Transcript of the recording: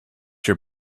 your